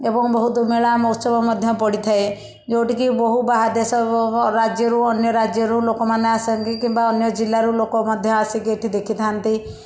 ଏବଂ ବହୁତ ମେଳା ମହୁତ୍ସବ ମଧ୍ୟ ପଡ଼ିଥାଏ ଯେଉଁଠିକି ବୋହୁ ବାହା ଦେଶ ବ ବ ରାଜ୍ୟରୁ ଅନ୍ୟ ରାଜ୍ୟରୁ ଲୋକମାନେ ଆସନ୍ତି କିମ୍ବା ଅନ୍ୟ ଜିଲ୍ଲାରୁ ଲୋକ ମଧ୍ୟ ଆସିକି ଏଇଠି ଦେଖିଥାନ୍ତି